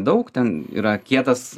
daug ten yra kietas